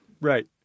Right